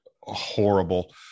horrible